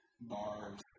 bars